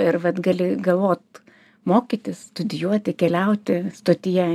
ir vat gali galvot mokytis studijuoti keliauti stotyje